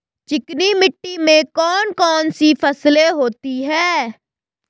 चिकनी मिट्टी में कौन कौन सी फसलें होती हैं?